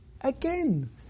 again